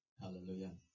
Hallelujah